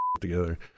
together